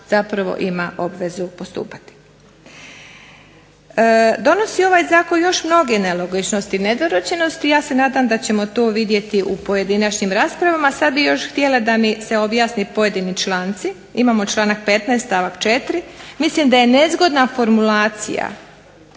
kojem ima obvezu postupati. Donosi ovaj zakon još mnoge nelogičnosti i nedorečenosti, ja se nadam da ćemo to vidjeti u pojedinačnim raspravama. Sada bih još htjela da mi se objasni pojedini članci. Imamo članak 15. stavak 4. mislim da je nezgodna formulacija,